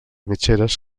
mitgeres